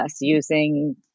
using